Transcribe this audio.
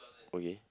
okay